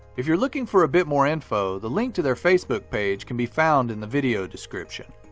if you're looking for a bit more info, the link to their facebook page can be found in the video description.